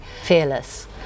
fearless